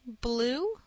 Blue